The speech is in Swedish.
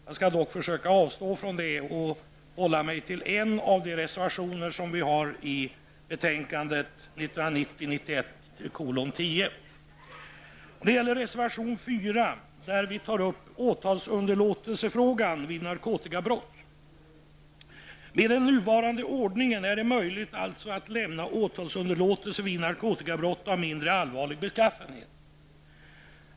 Jag skall dock försöka avstå från det och hålla mig till en av de reservationer vi har lämnat till betänkandet I reservation 4 tar vi upp åtalsunderlåtelse vid narkotikabrott. Med den nuvarande ordningen är det möjligt att lämna åtalsunderlåtelse vid narkotikabrott av mindre allvarlig beskaffenhet.